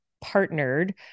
partnered